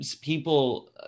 People